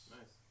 nice